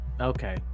okay